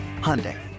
Hyundai